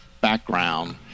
background